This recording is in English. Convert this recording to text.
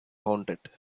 haunted